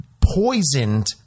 poisoned